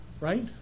Right